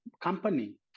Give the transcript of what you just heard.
company